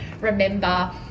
remember